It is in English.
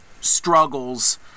struggles